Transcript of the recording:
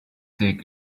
dick